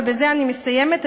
בזה אני מסיימת.